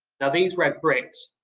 now these red bricks,